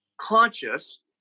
conscious